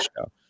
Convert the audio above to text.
show